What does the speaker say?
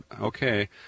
Okay